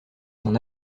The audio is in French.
son